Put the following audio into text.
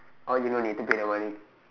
or you no need to pay the money